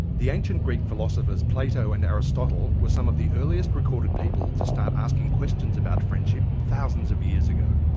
the ancient greek philosophers plato and aristotle were some of the earliest recorded people to start asking questions about friendship thousands of years ago.